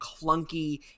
clunky